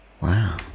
Wow